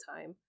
time